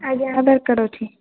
ଆଜ୍ଞା ଦରକାର ଅଛି